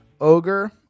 ogre